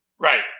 Right